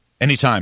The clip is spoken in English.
Anytime